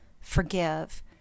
forgive